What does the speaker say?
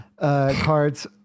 Cards